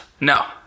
No